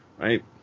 right